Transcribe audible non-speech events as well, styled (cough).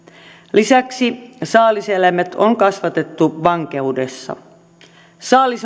lisäksi saaliseläimet on kasvatettu vankeudessa saalis (unintelligible)